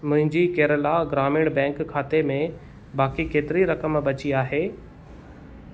मुंहिंजे केरला ग्रामीण बैंक ख़ाते में बाकी केतिरी रक़म बची आहे